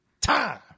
Time